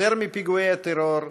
יותר מפיגועי הטרור,